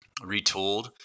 retooled